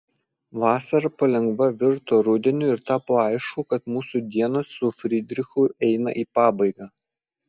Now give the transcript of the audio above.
vasara palengva virto rudeniu ir tapo aišku kad mūsų dienos su fridrichu eina į pabaigą